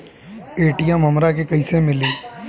ATM हमरा के कइसे मिली?